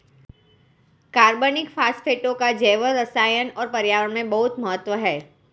कार्बनिक फास्फेटों का जैवरसायन और पर्यावरण में बहुत महत्व है